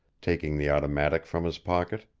taking the automatic from his pocket.